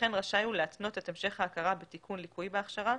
וכן רשאי הוא להתנות את המשך ההכרה בתיקון ליקוי בהכשרה,